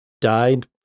Died